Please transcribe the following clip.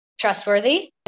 Trustworthy